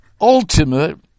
ultimate